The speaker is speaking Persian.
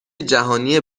جهانی